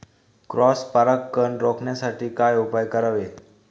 Cross परागकण रोखण्यासाठी काय उपाय करावे?